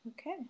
Okay